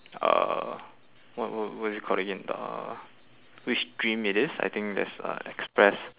uh what what what is it called again uh which stream it is I think there's uh express